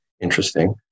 interesting